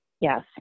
Yes